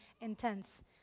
intense